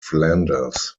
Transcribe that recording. flanders